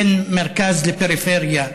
בין מרכז לפריפריה,